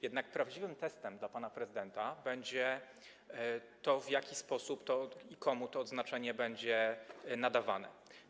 Jednak prawdziwym testem dla pana prezydenta będzie to, w jaki sposób i komu to odznaczenie będzie nadawane.